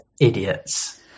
idiots